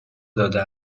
داده